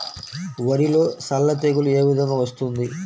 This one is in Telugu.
వరిలో సల్ల తెగులు ఏ విధంగా వస్తుంది?